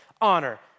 Honor